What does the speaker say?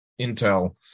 intel